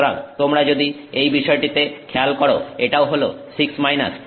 সুতরাং তোমরা যদি এই বিষয়টিতে খেয়াল করো এটাও হল 6